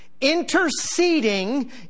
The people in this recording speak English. interceding